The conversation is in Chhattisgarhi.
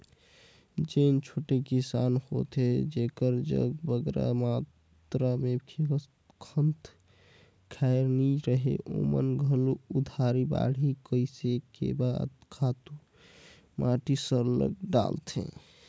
जेन छोटे किसान होथे जेकर जग बगरा मातरा में खंत खाएर नी रहें ओमन घलो उधारी बाड़ही कइर के खातू माटी सरलग डालथें